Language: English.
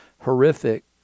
horrific